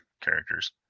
characters